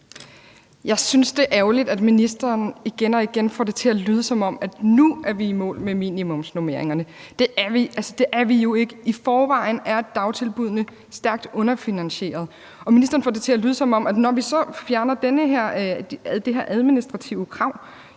Jeg synes, det er ærgerligt, at ministeren igen og igen får det til at lyde, som om vi nu er i mål med minimumsnormeringerne. Det er vi jo ikke. I forvejen er dagtilbuddene stærkt underfinansieret. Ministeren får det til at lyde, som om der, når nu vi fjerner det her administrative krav,